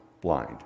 blind